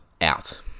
out